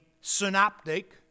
synoptic